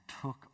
took